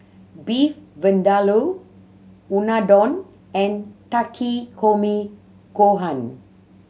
Beef Vindaloo Unadon and Takikomi Gohan